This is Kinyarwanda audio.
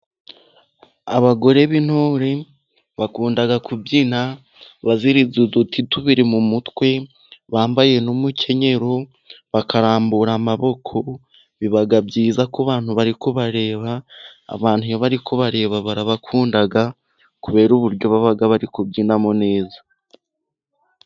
Abagore b'intore bakunda kubyina, baziritse uduti tubiri mu mutwe bambaye n'umukenyero, bakarambura amaboko biba byiza ku bantu bari kubareba, abantu iyo bari kubareba barabakunda kubera uburyo baba bari kubyinamo neza.